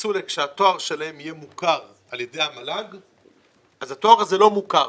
וכשרצו שהתואר שלהם יהיה מוכר על ידי המל"ג אז התואר הזה לא מוכר,